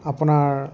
আপোনাৰ